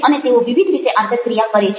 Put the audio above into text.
અને તેઓ વિવિધ રીતે આંતરક્રિયા કરે છે